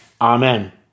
Amen